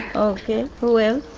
okay. who